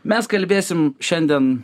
mes kalbėsim šiandien